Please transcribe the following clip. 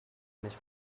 image